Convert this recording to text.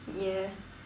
ya